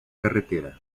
carretera